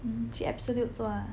mm 去 absolute 做啊